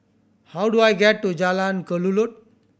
how do I get to Jalan Kelulut